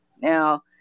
Now